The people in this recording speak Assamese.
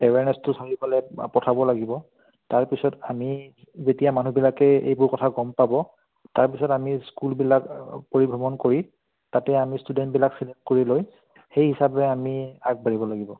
এৱোৰনেছটো চাৰিওফালে পঠাব লাগিব তাৰপিছত আমি যেতিয়া মানুহবিলাকে এইবোৰ কথা গম পাব তাৰপিছত আমি স্কুলবিলাক পৰিভ্ৰমণ কৰি তাতে আমি ষ্টুডেণ্টবিলাক চিলেক্ট কৰি লৈ সেই হিচাপে আমি আগবাঢ়িব লাগিব